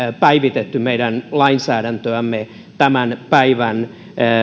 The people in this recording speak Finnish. päivitetty meidän lainsäädäntöämme tämän päivän